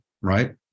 right